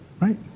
right